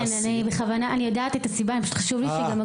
(אומרת דברים בשפת הסימנים,